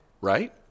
right